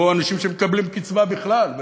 או אנשים שמקבלים קצבה בכלל,